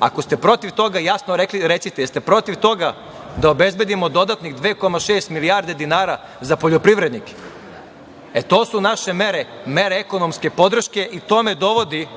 Ako ste protiv toga jasno recite. Da li ste protiv toga da obezbedimo dodatno 2,6 milijarde dinara za poljoprivrednike.E, to su naše mere, mere ekonomske podrške i to me dovodi